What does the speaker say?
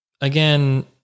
again